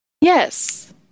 Yes